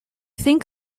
think